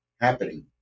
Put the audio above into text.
happening